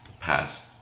past